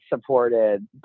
supported